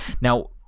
Now